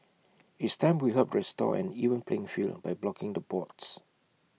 it's time we help restore an even playing field by blocking the bots